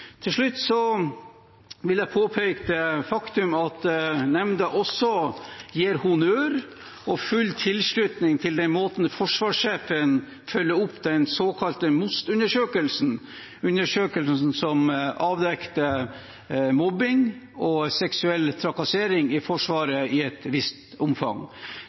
Til slutt vil jeg påpeke det faktum at nemnda også gir honnør og full tilslutning til den måten forsvarssjefen følger opp den såkalte MOST-undersøkelsen på, undersøkelsen som avdekket mobbing og seksuell trakassering i Forsvaret i et visst omfang.